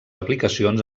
aplicacions